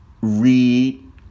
read